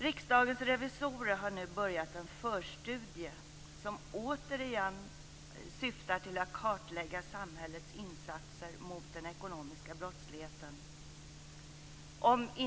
Riksdagens revisorer har nu börjat en förstudie som återigen syftar till att kartlägga samhällets insatser mot den ekonomiska brottsligheten.